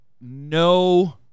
no